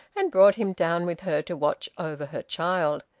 and brought him down with her to watch over her child.